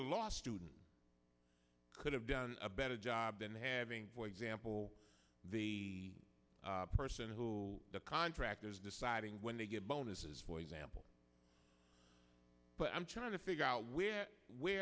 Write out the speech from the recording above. law student could have done a better job than having for example the person who the contractors deciding when they get bonuses for example but i'm trying to figure out where w